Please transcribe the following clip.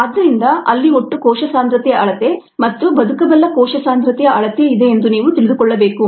ಆದ್ದರಿಂದ ಅಲ್ಲಿ ಒಟ್ಟು ಕೋಶ ಸಾಂದ್ರತೆಯ ಅಳತೆ ಮತ್ತು ಬದುಕಬಲ್ಲ ಕೋಶ ಸಾಂದ್ರತೆಯ ಅಳತೆ ಇದೆ ಎಂದು ನೀವು ತಿಳಿದುಕೊಳ್ಳಬೇಕು